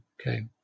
Okay